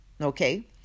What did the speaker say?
okay